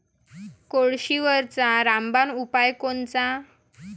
कोळशीवरचा रामबान उपाव कोनचा?